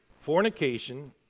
fornication